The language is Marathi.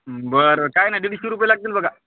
बरं काय नाही दीडशे रुपये लागतील बघा